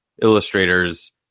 illustrators